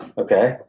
Okay